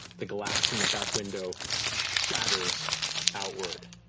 the glass in the back window shatters outward.